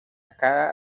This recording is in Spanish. cada